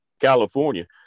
California